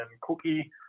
Cookie